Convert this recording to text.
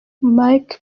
mike